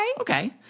Okay